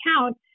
account